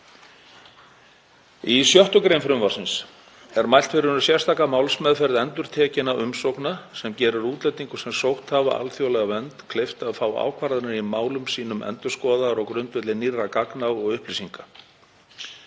Í 6. gr. frumvarpsins er mælt fyrir um sérstaka málsmeðferð endurtekinna umsókna sem gerir útlendingum sem sótt hafa um alþjóðlega vernd kleift að fá ákvarðanir í málum sínum endurskoðaðar á grundvelli nýrra gagna og upplýsinga.